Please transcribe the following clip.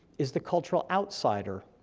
is the cultural outsider,